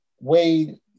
Wade